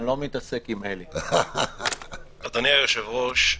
אדוני היושב-ראש,